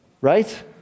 right